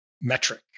metric